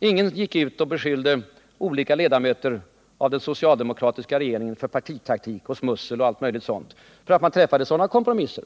Ingen gick ut och beskyllde olika ledamöter av den socialdemokratiska regeringen för partitaktik, smussel och allt möjligt sådant för att man träffade kompromisser.